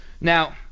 Now